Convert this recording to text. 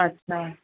अच्छा